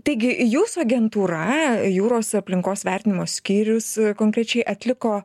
taigi jūsų agentūra jūros aplinkos vertinimo skyrius konkrečiai atliko